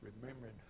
remembering